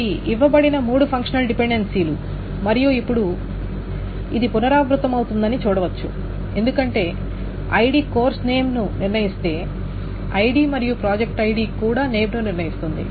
ఇవి ఇవ్వబడిన మూడు ఫంక్షనల్ డిపెండెన్సీలు మరియు ఇప్పుడు ఇది పునరావృతమని చూడవచ్చు ఎందుకంటే ఐడి కోర్సునేమ్ ను నిర్ణయిస్తే ఐడి ప్రాజెక్ట్ ఐడి కూడా నేమ్ ను నిర్ణయిస్తుంది